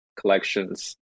collections